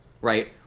right